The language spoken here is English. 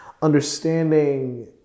understanding